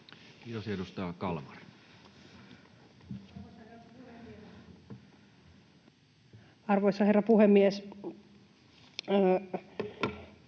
Kiitos. — Ja edustaja Kalmari. Arvoisa herra puhemies!